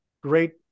great